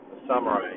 samurai